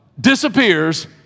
disappears